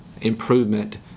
improvement